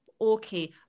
okay